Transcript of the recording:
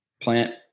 Plant